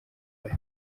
bati